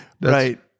Right